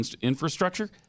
infrastructure